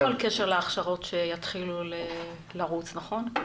אז אין כל קשר להכשרות שיתחילו לרוץ, נכון?